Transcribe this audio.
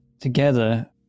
together